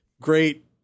great